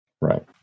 right